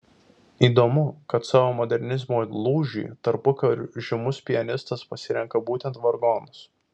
įdomu kad savo modernizmo lūžiui tarpukariu žymus pianistas pasirenka būtent vargonus